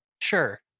sure